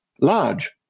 large